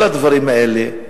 כל הדברים האלה,